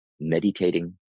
meditating